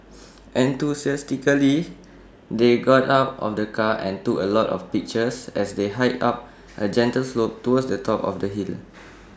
enthusiastically they got out of the car and took A lot of pictures as they hiked up A gentle slope towards the top of the hill